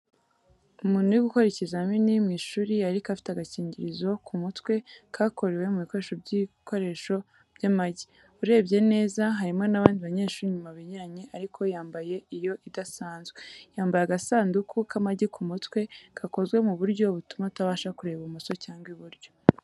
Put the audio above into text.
Umuntu uri gukora ikizamini mu ishuri ariko afite agakingirizo ku mutwe kakorewe mu bikoresho by'ibikoresho by'amagi, Urebye neza harimo n’abandi banyeshuri inyuma begeranye ariko we yambaye iyo idasanzwe. Yambaye agasanduku k’amagi ku mutwe gakozwe mu buryo butuma atabasha kureba ibumoso cyangwa iburyo.